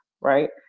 right